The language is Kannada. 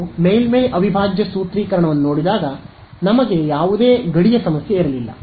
ನಾವು ಮೇಲ್ಮೈ ಅವಿಭಾಜ್ಯ ಸೂತ್ರೀಕರಣವನ್ನು ನೋಡಿದಾಗ ನಮಗೆ ಯಾವುದೇ ಗಡಿಯ ಸಮಸ್ಯೆ ಇರಲಿಲ್ಲ